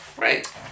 Right